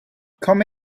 come